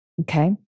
okay